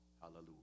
Hallelujah